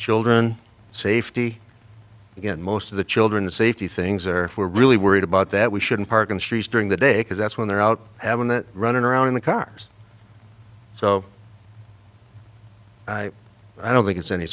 children safety get most of the children safety things or if we're really worried about that we shouldn't park in streets during the day because that's when they're out having that running around in the cars so i don't think it's any